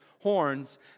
horns